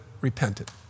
repented